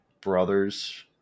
brothers